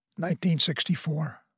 1964